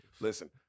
Listen